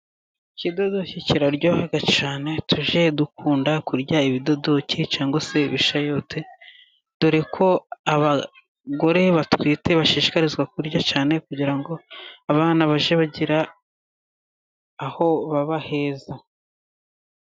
Ikidodo kiraryoha cyane , tujye dukunda kurya ibidudoki cyangwa se ibishayote, dore ko abagore batwite bashishikarizwa kubirya cyane, kugira ngo abana bajye bagira aho baba heza.